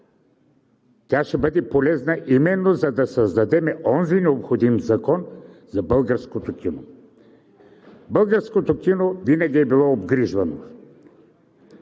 тя ще бъде полезна именно за да създадем онзи необходим закон за българското кино. Българското кино винаги е било обгрижвано.